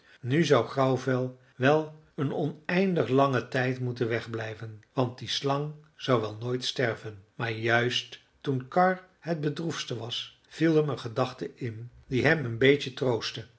nu zou grauwvel wel een oneindig langen tijd moeten wegblijven want die slang zou wel nooit sterven maar juist toen karr het bedroefdste was viel hem een gedachte in die hem een beetje troostte